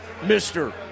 mr